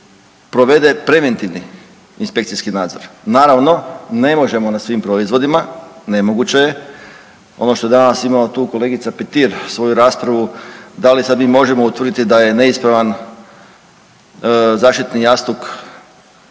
provede preventivni inspekcijski nadzor. Naravno ne možemo na svim proizvodima, nemoguće je. Ono što je danas imala tu kolegica Petir svoju raspravu, da li sad mi možemo utvrditi da je neispravan zaštitni jastuk